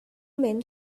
men